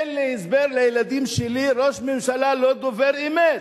אין לי הסבר לילדים שלי, ראש הממשלה לא דובר אמת.